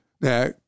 Now